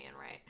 right